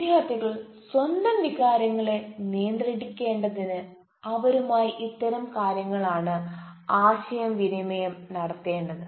വിദ്യാർഥികൾ സ്വന്തം വികാരങ്ങളെ നിയന്ത്രിക്കേണ്ടതിന് അവരുമായി ഇത്തരം കാര്യങ്ങൾ ആണ് ആശയ വിനിമയം നടത്തേണ്ടത്